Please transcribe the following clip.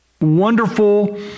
wonderful